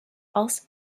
als